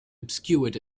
obscured